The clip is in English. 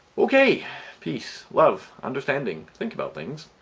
okay peace. love. understanding. think about things.